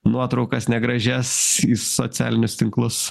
nuotraukas negražias į socialinius tinklus